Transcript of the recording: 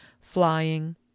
flying